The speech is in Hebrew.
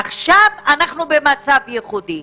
עכשיו אנחנו במצב ייחודי.